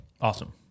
Awesome